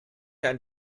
ein